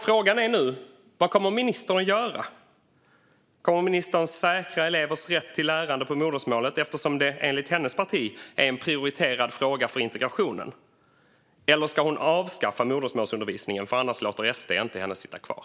Frågan är nu vad ministern kommer att göra. Kommer ministern att säkra elevers rätt till lärande på modersmålet, eftersom det enligt hennes parti är en prioriterad fråga för integrationen, eller ska hon avskaffa modersmålsundervisningen för att SD ska låta henne sitta kvar?